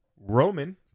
Roman